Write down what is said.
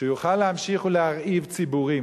שיוכל להמשיך ולהרעיב ציבורים,